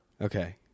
Okay